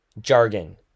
jargon